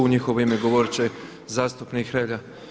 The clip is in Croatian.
U njihovo ime govoriti će zastupnik Hrelja.